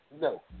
No